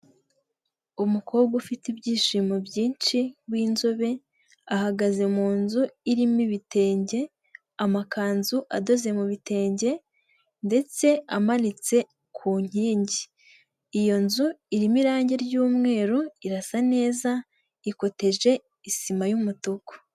Umukobwa ufite ibyishimo byinshi w'inzobe ahagaze mu nzu irimo ibitenge amakanzu adoze mu bitenge, ndetse amanitse ku nkingi iyo nzu irimo irangi ry'umweru irasa neza ikoteje isima y'umutuku.